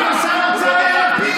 אבל שר האוצר היה לפיד.